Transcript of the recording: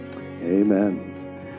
Amen